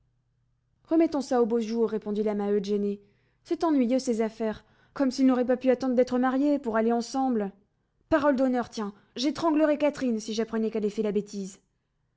remettons ça aux beaux jours répondit la maheude gênée c'est ennuyeux ces affaires comme s'ils n'auraient pas pu attendre d'être mariés pour aller ensemble parole d'honneur tiens j'étranglerais catherine si j'apprenais qu'elle ait fait la bêtise